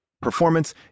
performance